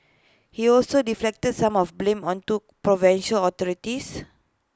he also deflected some of the blame onto provincial authorities